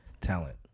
talent